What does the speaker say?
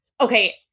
Okay